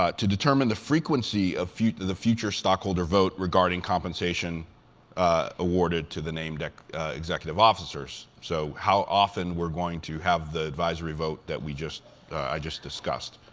ah to determine the frequency of the future stockholder vote regarding compensation awarded to the named executive officers. so how often we're going to have the advisory vote that we just i just discussed.